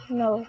no